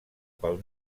pel